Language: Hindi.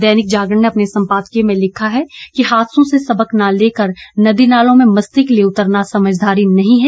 दैनिक जागरण ने अपने सम्पादकीय में लिखता है कि हादसों से सबक न लेकर नदी नालों में मस्ती के लिये उतरना समझदारी नहीं है